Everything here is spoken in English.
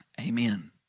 amen